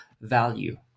value